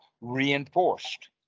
reinforced